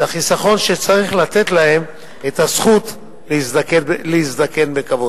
זה החיסכון שצריך לתת להם את הזכות להזדקן בכבוד.